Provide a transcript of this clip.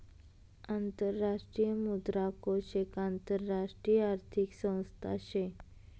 आंतरराष्ट्रीय मुद्रा कोष एक आंतरराष्ट्रीय आर्थिक संस्था शे